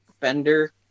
Fender